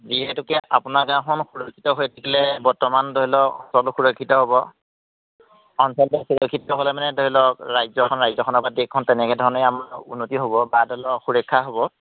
যিহেতুকে আপোনাৰ গাওঁখন সুৰক্ষিত হৈ থাকিলে বৰ্তমান ধৰি লওক সকলো সুৰক্ষিত হ'ব অঞ্চলটোৰ সুৰক্ষিত হ'লে মানে ধৰি লওক ৰাজ্যখন ৰাজ্যখনৰপৰা দেশখন তেনেকৈ ধৰণেই আমাৰ উন্নতি হ'ব বা সুৰক্ষা হ'ব